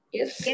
Yes